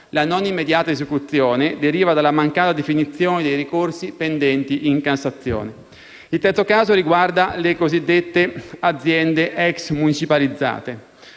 la non immediata esecuzione deriva dalla mancata definizione dei ricorsi pendenti in Cassazione. Il terzo caso riguarda le aziende ex municipalizzate.